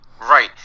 Right